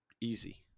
easy